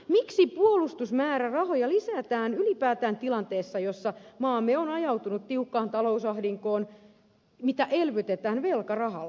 miksi puolustusmäärärahoja lisätään ylipäätään tilanteessa jossa maamme on ajautunut tiukkaan talousahdinkoon jota elvytetään velkarahalla